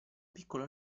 piccolo